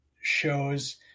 shows